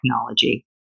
technology